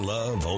Love